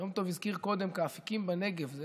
יום טוב הזכיר קודם את "כאפיקים בנגב", זה